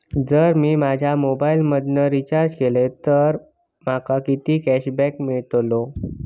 जर मी माझ्या मोबाईल मधन रिचार्ज केलय तर माका कितके कॅशबॅक मेळतले?